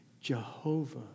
Jehovah